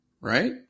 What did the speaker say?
right